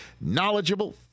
knowledgeable